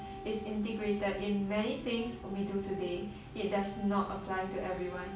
is integrated in many things we do today it does not apply to everyone